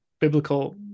biblical